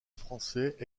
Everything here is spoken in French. français